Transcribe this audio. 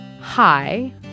hi